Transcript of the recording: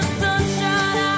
sunshine